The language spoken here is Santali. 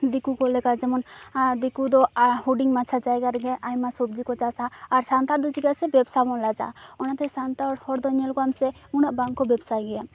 ᱫᱤᱠᱩ ᱠᱚ ᱞᱮᱠᱟ ᱡᱮᱢᱚᱱ ᱫᱤᱠᱩ ᱫᱚ ᱦᱩᱰᱤᱝ ᱢᱟᱪᱷᱟ ᱡᱟᱭᱜᱟ ᱨᱮᱜᱮ ᱟᱭᱢᱟ ᱥᱚᱵᱡᱤ ᱠᱚ ᱪᱟᱥᱟ ᱟᱨ ᱥᱟᱱᱛᱟᱲ ᱫᱚ ᱪᱮᱫᱟᱜ ᱥᱮ ᱵᱮᱵᱥᱟᱵᱚᱱ ᱞᱟᱡᱟᱜᱼᱟ ᱚᱱᱟᱛᱮ ᱥᱟᱱᱛᱟᱲ ᱦᱚᱲ ᱫᱚ ᱧᱮᱞ ᱠᱚᱢ ᱥᱮ ᱩᱱᱟᱹᱜ ᱵᱟᱝ ᱠᱚ ᱵᱮᱵᱥᱟᱭ ᱜᱮᱭᱟ